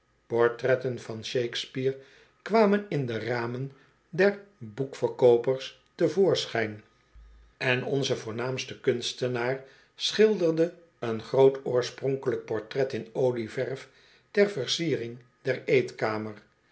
portretten van shakespeare kwamen in de ramen der boekverkoopers te voorschijn en onze voornaamste kunstenaar schilderde een groot oorspronkelijk portret in olieverf ter versiering der eetkamer